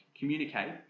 communicate